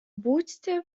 будто